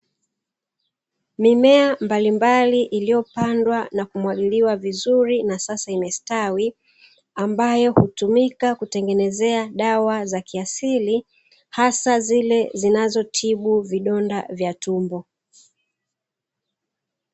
Mimea mbalimbali iliyopandwa na kumwagiliwa vizuri na sasa imestawi, ambayo hutumika kutengenezea dawa za kiasili hasa zile zinazotibu vidonda vya tumbo.